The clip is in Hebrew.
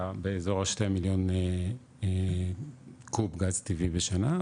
באזור ה- שני מיליון קוב גז טבעי בשנה,